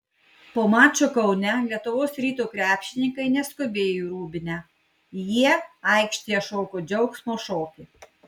po mačo kaune lietuvos ryto krepšininkai neskubėjo į rūbinę jie aikštėje šoko džiaugsmo šokį